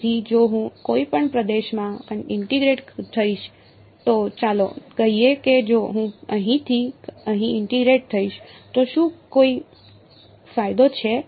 તેથી જો હું કોઈપણ પ્રદેશમાં ઇન્ટીગ્રેટ થઈશ તો ચાલો કહીએ કે જો હું અહીંથી અહીં ઇન્ટીગ્રેટ થઈશ તો શું કોઈ ફાયદો છે